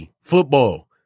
football